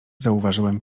zauważyłem